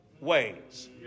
ways